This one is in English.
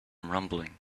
rumbling